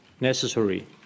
necessary